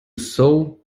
sow